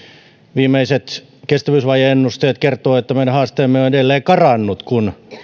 viimeiset kestävyysvaje ennusteet kertovat että meidän haasteemme ovat edelleen karanneet kun